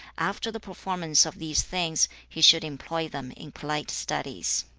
after the performance of these things, he should employ them in polite studies